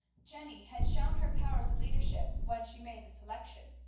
jenny had shown her powers of leadership when she made the selection.